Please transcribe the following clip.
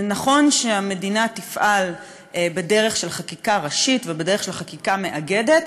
נכון שהמדינה תפעל בדרך של חקיקה ראשית ובדרך של חקיקה מאגדת,